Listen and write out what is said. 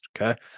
Okay